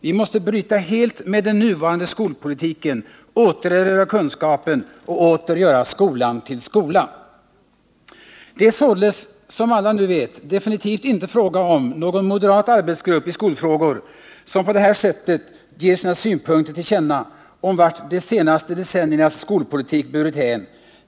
Vi måste bryta helt med den nuvarande skolpolitiken, återerövra kunskapen och åter göra skolan till skola.” Det är således, som alla nu vet, definitivt inte fråga om någon moderat arbetsgrupp i skolfrågor, som på det här sättet ger sina synpunkter till känna om vart de senaste decenniernas skolpolitik burit hän.